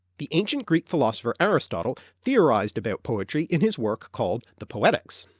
the ancient greek philosopher aristotle theorized about poetry in his work called the poetics.